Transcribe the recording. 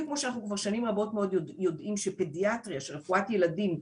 בדיוק כמו שאנחנו כבר שנים רבות מאוד יודעים שפדיאטריה רפואת ילדים,